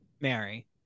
Mary